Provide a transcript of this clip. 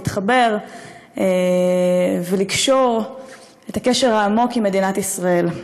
להתחבר ולקשור את הקשר העמוק עם מדינת ישראל.